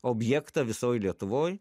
objektą visoj lietuvoj